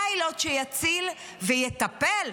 פיילוט שיציל ויטפל,